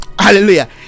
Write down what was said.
hallelujah